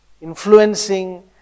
influencing